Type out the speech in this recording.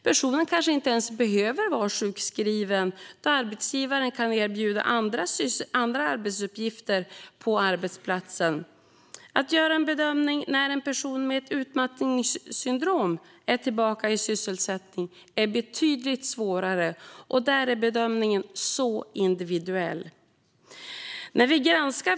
Personen kanske inte ens behöver vara sjukskriven om arbetsgivaren kan erbjuda andra arbetsuppgifter på arbetsplatsen. Att göra en bedömning av när en person med utmattningssyndrom är tillbaka i sysselsättning är betydligt svårare, och där är bedömningen högst individuell.